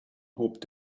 hoped